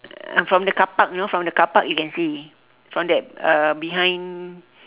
uh from the car park you know from the car park you can see from that uh behind